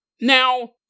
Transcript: Now